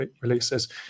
releases